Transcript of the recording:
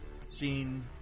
scene